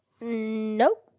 Nope